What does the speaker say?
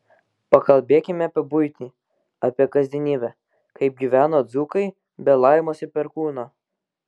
pakalbėkime apie buitį apie kasdienybę kaip gyveno dzūkai be laimos ir perkūno